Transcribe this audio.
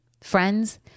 Friends